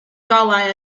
golau